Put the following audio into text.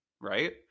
right